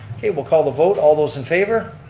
okay we'll call the vote. all those in favor.